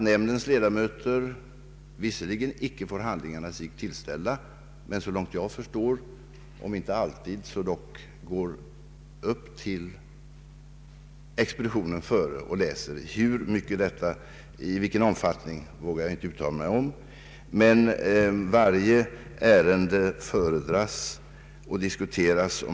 Nämndens ledamöter får vis serligen icke handlingarna sig tillsända, men såvitt jag förstår går de upp till expeditionen i förväg och tar del av dem — i vilken omfattning vågar jag inte uttala mig om — och varje ärende föredras och diskuteras.